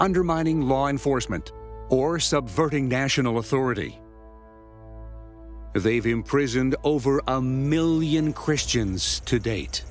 undermining law enforcement or subverting national authority as they've imprisoned over a million christians to date